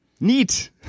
Neat